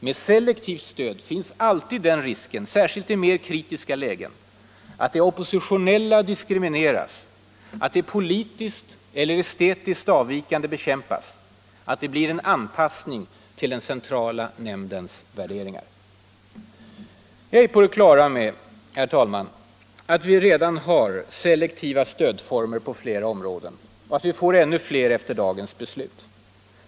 Med selektivt stöd finns alltid risken, särskilt i mera kritiska lägen, att det oppositionella diskrimineras, att det politiskt eller estetiskt avvikande bekämpas, att det blir en anpassning till den centrala nämndens värderingar. Jag är på det klara med, att vi redan har selektiva stödformer på flera områden och att vi får ännu fler efter dagens beslut.